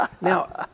Now